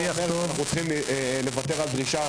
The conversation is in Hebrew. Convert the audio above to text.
זה שמתקיים שיח לא אומר שאנחנו צריכים לוותר על דרישה